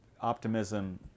optimism